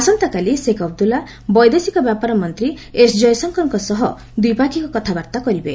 ଆସନ୍ତାକାଲି Sheikh Abdullah ବୈଦେଶିକ ବ୍ୟାପାର ମନ୍ତ୍ରୀ ଏସ୍ ଜୟଶଙ୍କରଙ୍କ ସହ ଦ୍ୱିପାକ୍ଷିକ କଥାବାର୍ତ୍ତା କରିବେ